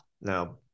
Now